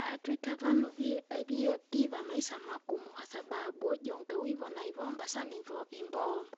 Atwita avanu vie avie kiva amaisa magumu kwasababu ujunge wivona ivomba sana ivo- imbombo.